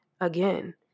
again